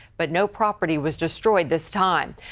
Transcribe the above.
but no property was destroyed this time.